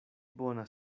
bona